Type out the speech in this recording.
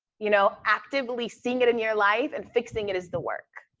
you know, actively seeing it in your life and fixing it is the work.